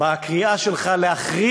בקריאה שלך להחרים